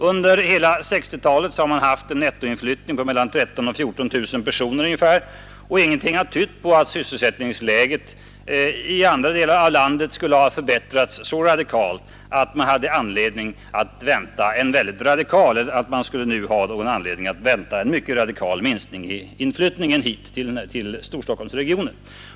Under hela 1960-talet har man i genomsnitt haft en nettoinflyttning på mellan 13000 och 14000 personer. Ingenting har tytt på att sysselsättningsläget i andra delar av landet skulle ha förbättrats så att man nu har anledning att vänta en mycket radikal minskning i inflyttningen till Storstockholmsregionen.